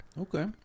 Okay